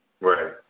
Right